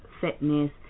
fitness